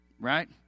right